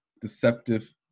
deceptive